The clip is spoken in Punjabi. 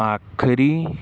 ਆਖਰੀ